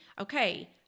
okay